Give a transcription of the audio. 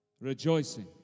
rejoicing